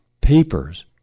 papers